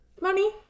money